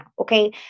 Okay